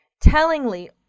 Tellingly